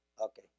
Okay